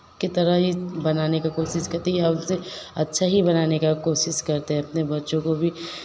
के तरह ही बनाने के कोशिश करते या उससे अच्छा ही बनाने का कोशिश करते है अपने बच्चों को भी